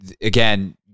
again